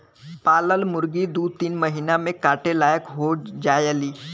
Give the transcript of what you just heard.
पालल मुरगी दू तीन महिना में काटे लायक हो जायेली